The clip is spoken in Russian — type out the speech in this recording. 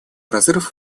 разрыв